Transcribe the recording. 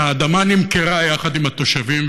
כי האדמה נמכרה יחד עם התושבים,